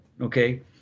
okay